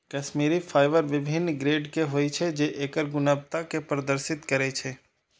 Kashmiri fibre विभिन्न grade के होइ छै, जे एकर गुणवत्ता कें प्रदर्शित करै छै